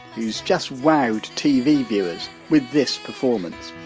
who's just wowed tv viewers with this performance